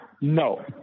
No